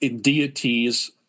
deities